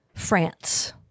France